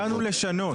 הגענו לשנות.